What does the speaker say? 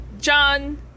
John